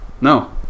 No